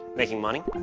making money?